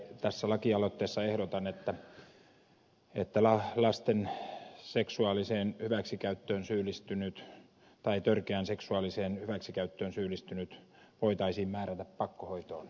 tässä lakialoitteessa ehdotan että lasten seksuaaliseen hyväksikäyttöön syyllistynyt tai törkeään seksuaaliseen hyväksikäyttöön syyllistynyt voitaisiin määrätä pakkohoitoon